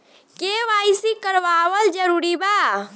KYC करवावल जरूरी बा?